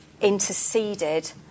interceded